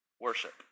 Worship